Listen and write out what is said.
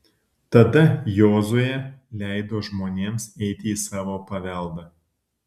tada jozuė leido žmonėms eiti į savo paveldą